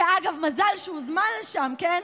שאגב, מזל שהוזמן לשם, כן?